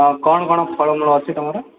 ଆଉ କ'ଣ କ'ଣ ଫଳ ମୂଳ ଅଛି ତୁମର